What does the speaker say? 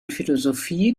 philosophie